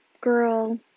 girl